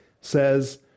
says